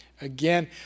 Again